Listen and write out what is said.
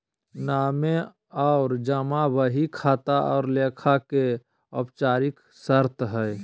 नामे और जमा बही खाता और लेखा के औपचारिक शर्त हइ